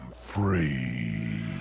free